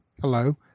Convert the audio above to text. Hello